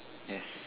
yes